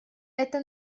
это